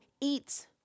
eats